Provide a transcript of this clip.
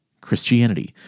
Christianity